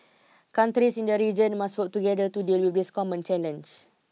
countries in the region must work together to deal with this common challenge